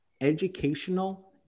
educational